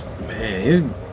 Man